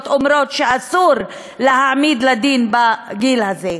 אומרות שאסור להעמיד לדין בגיל הזה.